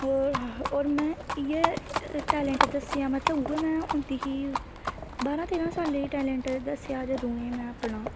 होर में इयै टैलैंट दस्सेआ मतलव उऐ में होंदी ही बाह्रें तेह्रें सालें च टैलैंट दस्सेआ हा जदूं में एह्